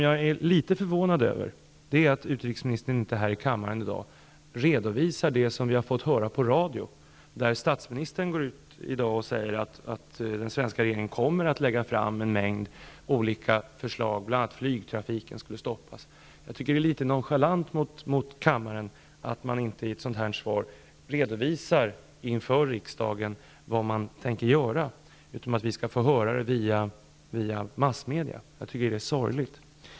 Jag är litet förvånad över att utrikesministern inte här i kammaren i dag redovisar det som vi har fått höra på radio. Statsministern har ju i dag gått ut och sagt att den svenska regeringen kommer att lägga fram en mängd olika förslag, bl.a. att flygtrafiken skall stoppas. Jag tycker att det är litet nonchalant mot kammaren att utrikesministern inte i ett sådant här svar inför riksdagen redovisar vad regeringen tänker göra. I stället får vi höra det via massmedia. Jag tycker att det är sorgligt.